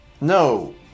No